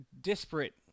disparate